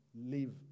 live